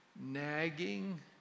nagging